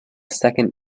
second